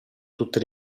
tutte